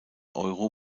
euro